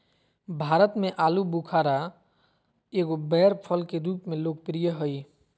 भारत में आलूबुखारा एगो बैर फल के रूप में लोकप्रिय हइ